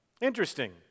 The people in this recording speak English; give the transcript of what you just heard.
Interesting